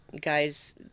guys